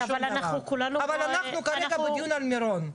אבל אנחנו כרגע בדיון על מירון.